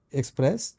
express